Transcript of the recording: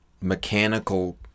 mechanical